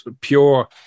pure